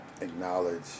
acknowledge